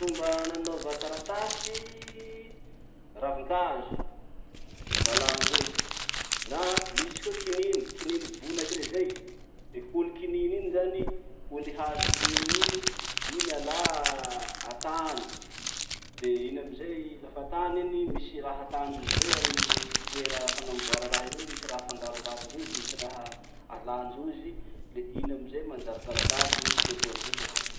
Fomba nanaova taratasy: ravin-kazo nalandrozy, na misy koa kininy, kininy bonaky rey zay. Le holy kininy iny zany, holy hazo kininy iny, iny alà atany de iny amizay, lafa atany iny misy raha atandrozy amy toera fanamboara raha io eo, misy raha afangarongarondrozy misy raha alàndrozy, le iny amizay manjary taratasy, misy lokoandrozy raha iny.